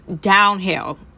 downhill